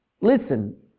Listen